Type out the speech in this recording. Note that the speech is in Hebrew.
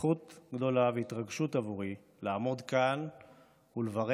זכות גדולה והתרגשות עבורי לעמוד כאן ולברך